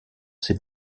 ses